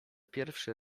pierwszy